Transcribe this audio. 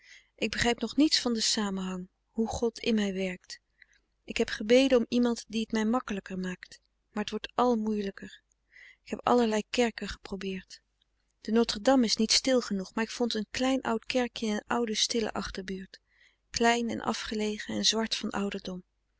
ik begrijp nog niets van den samenhang hoe god in mij werkt ik heb gebeden om iemand die t mij makkelijker maakt maar t wordt al moeielijker ik heb allerlei kerken geprobeerd de notre-dame is niet stil genoeg maar ik vond een klein oud kerkje in een oude stille achterbuurt klein frederik van eeden van de koele meren des doods en afgelegen en zwart van ouderdom